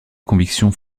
convictions